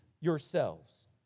yourselves